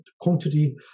quantity